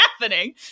happening